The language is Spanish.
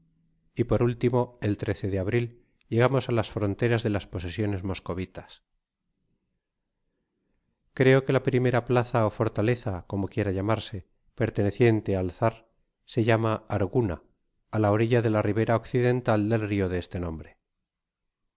y por último el de abril llegamos á las fronteras de las posesiones moscovitas creo que la primera plaza ó fortaleza como quiera llamarse perteneciente al czar se llama arguna a la orilla de la ribera occidental del rio de este nombre